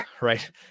right